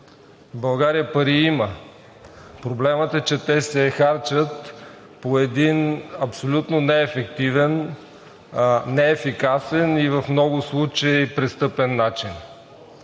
България пари има. Проблемът е, че те се харчат по абсолютно неефективен, неефикасен и в много случаи престъпен начин.